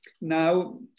Now